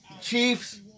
Chiefs